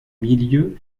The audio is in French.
milieu